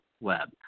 web